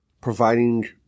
providing